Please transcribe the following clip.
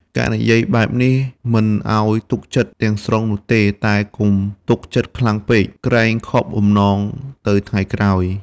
ការនិយាយបែបនេះ មិនអោយទុកចិត្តទាំងស្រុងនោះទេ តែកុំទុកចិត្តខ្លាំងពេក ក្រែងខកបំណងទៅថ្ងៃក្រោយ។